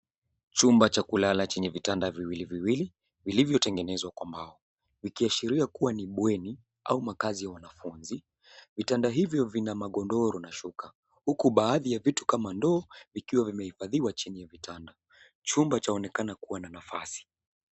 Chumba cha kulala chenye vitanda viwili viwili vilivyotengenezwa kwa mbao, vikiashiria kuwa ni bweni au makazi ya wanafunzi. Vitanda hivyo vina magodoro na shuka huku baadhi ya vitu kama ndoo vikiwa vimehifadhiwa chini ya vitanda. Chumba chaonekana kuwa na nafasi.